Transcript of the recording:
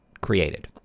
created